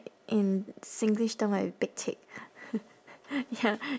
i~ in singlish term like pek cek ya